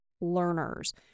learners